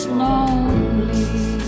lonely